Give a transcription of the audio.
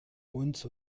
uns